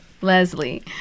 Leslie